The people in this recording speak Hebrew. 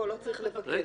פה לא צריך לבקש.